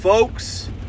Folks